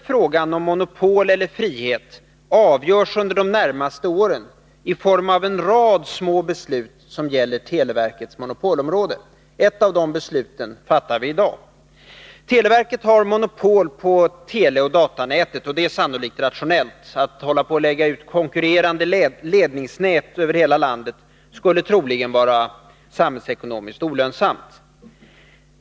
Frågan om monopol eller frihet avgörs under de närmaste åren i form av en rad små beslut som gäller televerkets monopolområde. Ett av dessa beslut fattar vi i dag. Televerket har monopol på teleoch datanätet. Det är sannolikt rationellt. Att lägga ut konkurrerande teleledningar över hela landet skulle troligen vara samhällsekonomiskt olönsamt.